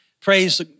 Praise